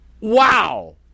Wow